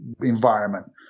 environment